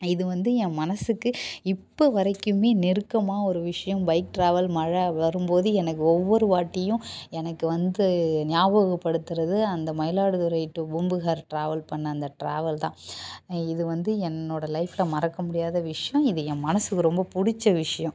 இது வந்து என் மனசுக்கு இப்போ வரைக்குமே நெருக்கமாக ஒரு விஷயம் பைக் ட்ராவல் மழை வரும்போது எனக்கு ஒவ்வொரு வாட்டியும் எனக்கு வந்து ஞாபகப்படுத்துகிறது அந்த மயிலாடுதுறை டூ பூம்புகார் ட்ராவல் பண்ண அந்த ட்ராவல் தான் இது வந்து என்னோடய லைஃப்ல மறக்க முடியாத விஷயம் இது என் மனசுக்கு ரொம்ப பிடிச்ச விஷயம்